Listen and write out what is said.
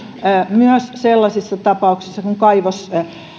myös sellaisissa tapauksissa kun kaivos